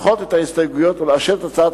לדחות את ההסתייגויות ולאשר את הצעת